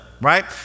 right